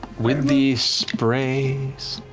with the sprays.